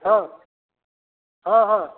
ହଁ ହଁ ହଁ